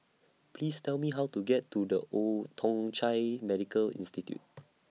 Please Tell Me How to get to The Old Thong Chai Medical Institute